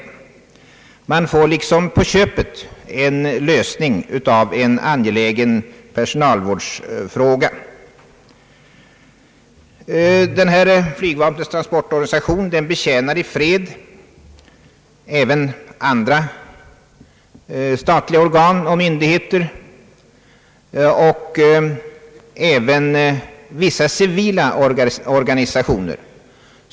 Man får liksom på köpet en lösning av en angelägen personalvårdsfråga. Flygvapnets transportorganisation betjänar i fred även andra statliga organ och myndigheter men även vissa civila organisationer.